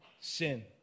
sin